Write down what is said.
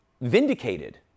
vindicated